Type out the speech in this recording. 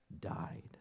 died